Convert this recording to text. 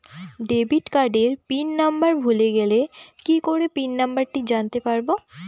Debit কার্ডের pin number ভুলে গেলে কি করে পিন নম্বরটি জানতে পারবো?